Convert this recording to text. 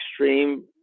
extreme